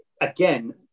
again